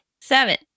Seven